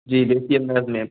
जी देसी अंदाज़ में